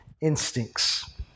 instincts